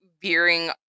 veering